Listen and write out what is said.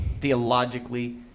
theologically